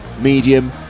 medium